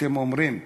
אתם אומרים,